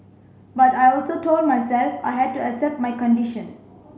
but I also told myself I had to accept my condition